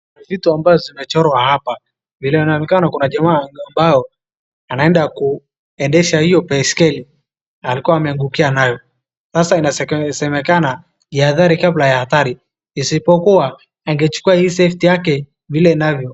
Vitu amabazo zimechorwa apa vile inaonekana kuna jamaa ambao anaenda kuendesha hiyo baiskeri. Alikuwa ameangukia nayo sasa inasemekana jihadhari kabla ya hatari isipokuwa ,angechukuwa hii fefti yake vile inavyo..